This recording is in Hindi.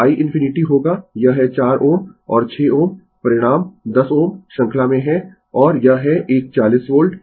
तो i ∞ होगा यह है 4 Ω और 6 Ω परिणाम 10 Ω श्रृंखला में है और यह है एक 40 वोल्ट